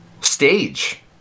stage